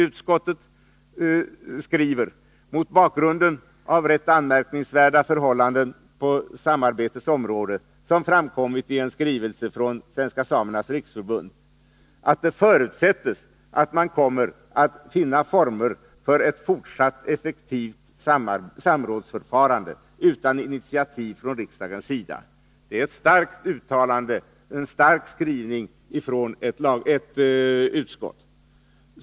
Utskottet skriver — mot bakgrunden av rätt anmärkningsvärda förhållanden på samarbetets område som framkommit i en skrivelse från Svenska samernas riksförbund: ”Utskottet förutsätter att man kommer att finna former för ett fortsatt effektivt samrådsförfarande utan något särskilt initiativ från riksdagens sida.” Detta är ett starkt uttalande och en stark skrivning från ett utskott.